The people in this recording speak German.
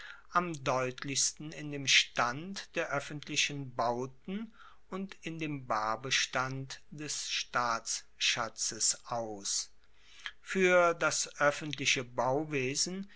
am deutlichsten in dem stand der oeffentlichen bauten und in dem barbestand des staatsschatzes aus fuer das oeffentliche bauwesen